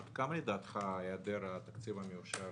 עד כמה לדעתך היעדר התקציב המאושר